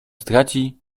straci